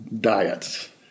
diets